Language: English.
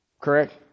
Correct